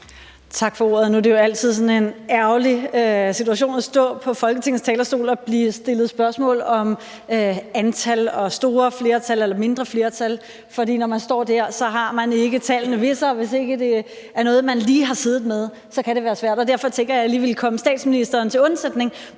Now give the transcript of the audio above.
Tak for ordet. Nu er det jo altid sådan en ærgerlig situation at stå på Folketingets talerstol og blive stillet spørgsmål om antal og store flertal eller mindre flertal. For når man står der, har man ikke tallene ved sig, og hvis ikke det er noget, man lige har siddet med, kan det være svært. Derfor tænker jeg, at jeg lige vil komme statsministeren til undsætning